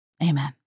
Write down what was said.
Amen